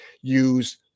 use